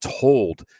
told